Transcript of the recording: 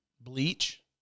Bleach